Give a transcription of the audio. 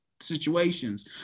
situations